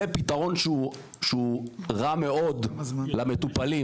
זה פתרון שהוא רע מאוד למטופלים.